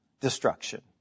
destruction